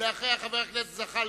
ואחריה, חבר הכנסת זחאלקה.